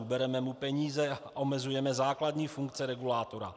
Bereme mu peníze a omezujeme základní funkce regulátora.